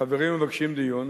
החברים מבקשים דיון,